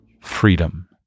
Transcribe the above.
freedom